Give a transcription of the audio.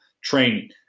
training